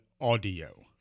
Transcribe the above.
audio